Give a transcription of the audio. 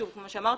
שוב כמו שאמרתי,